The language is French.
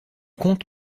compte